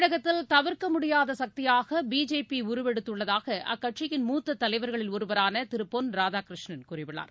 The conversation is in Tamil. தமிழகத்தில் தவிர்க்க முடியாத சக்தியாக பிஜேபி உருவெடுத்துள்ளதாக அக்கட்சியின் மூத்த தலைவர்களில் ஒருவரான திரு பொன் ராதாகிருஷ்ணன் கூறியுள்ளார்